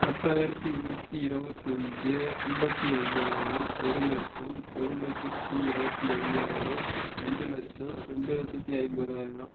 பத்தாயிரத்தி நூற்றி இருபத்தஞ்சி ஐம்பத்தி ஐயாயிரம் ஒரு லட்சம் ஒரு லட்சத்தி இருபத்தி ஐயாயிரம் ரெண்டு லட்சம் ரெண்டு லட்சத்தி ஐம்பதாயிரம்